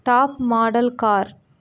top model car